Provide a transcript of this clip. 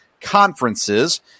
conferences